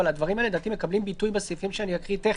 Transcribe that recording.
אבל הדברים האלה לדעתי מקבלים ביטוי בסעיפים שתיכף אקריא.